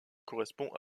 correspond